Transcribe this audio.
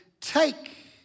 Take